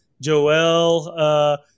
joel